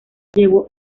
llegó